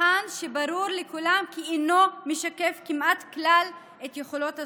מבחן שברור לכולם כי אינו משקף כמעט בכלל את יכולות הסטודנטים.